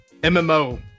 mmo